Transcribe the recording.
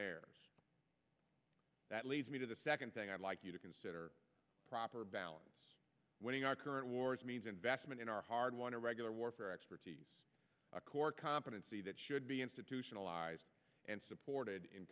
there that leads me to the second thing i'd like you to consider proper balance winning our current wars means in vestment in our hard won a regular warfare expertise a core competency that should be institutionalized and supported